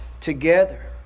together